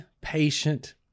patient